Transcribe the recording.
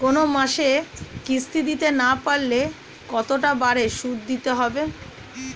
কোন মাসে কিস্তি না দিতে পারলে কতটা বাড়ে সুদ দিতে হবে?